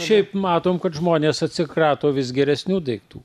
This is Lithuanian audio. šiaip matom kad žmonės atsikrato vis geresnių daiktų